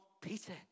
Peter